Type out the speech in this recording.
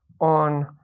on